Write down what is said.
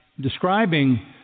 describing